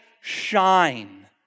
shine